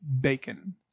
bacon